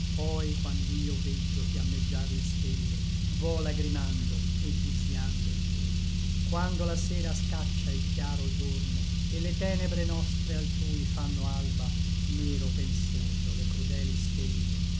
sole pur quand'io veggio fiammeggiar le stelle vo lagrimando et disïando il giorno quando la sera scaccia il chiaro giorno et le tenebre nostre altrui fanno alba miro pensoso le crudeli stelle